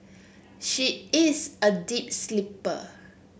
she is a deep sleeper